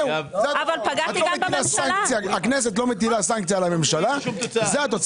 אם הכנסת לא מטילה סנקציה על הממשלה זאת התוצאה.